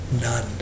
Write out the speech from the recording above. None